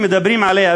שמדברים עליה,